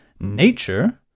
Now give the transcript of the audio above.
Nature